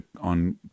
on